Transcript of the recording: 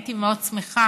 הייתי מאוד שמחה